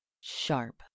Sharp